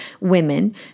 women